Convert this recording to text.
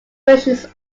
versions